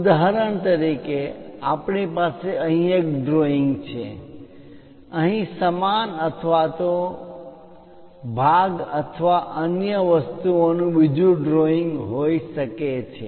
ઉદાહરણ તરીકે આપણી પાસે અહીં એક ડ્રોઇંગ છે અહીં સમાન અથવા તો ભાગ અથવા અન્ય વસ્તુઓનું બીજું ડ્રોઇંગ હોઈ શકે છે